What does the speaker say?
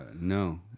No